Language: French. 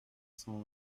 cent